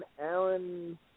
Alan